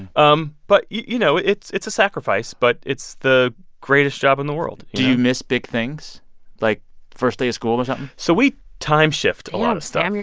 um but, you you know, it's it's a sacrifice, but it's the greatest job in the world do you miss big things like first day of school or something? so we time-shift a lot of stuff. um